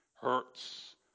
hurts